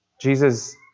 Jesus